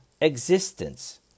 existence